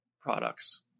products